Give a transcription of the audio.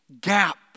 gap